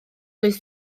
oes